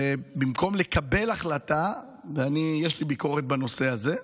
במקום לקבל החלטה, ואני, יש לי ביקורת בנושא הזה,